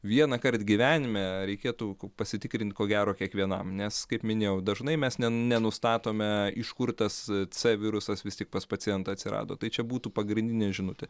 vienąkart gyvenime reikėtų pasitikrint ko gero kiekvienam nes kaip minėjau dažnai mes ne nenustatome iš kur tas c virusas vis tik pas pacientą atsirado tai čia būtų pagrindinė žinutė